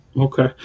Okay